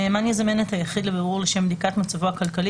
מקומו וניהולו הנאמן יזמן את היחיד לבירור לשם בדיקת מצבו הכלכלי